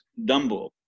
Dumbo